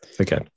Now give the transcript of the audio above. Okay